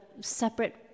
separate